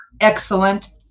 Excellent